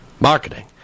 Marketing